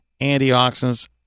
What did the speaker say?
antioxidants